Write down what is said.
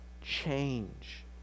change